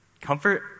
Comfort